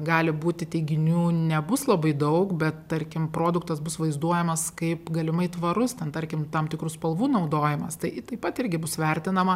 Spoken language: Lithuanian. gali būti teiginių nebus labai daug bet tarkim produktas bus vaizduojamas kaip galimai tvarus ten tarkim tam tikrų spalvų naudojimas tai taip pat irgi bus vertinama